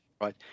right